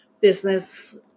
business